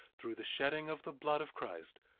through the shedding of the blood of christ,